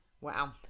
Wow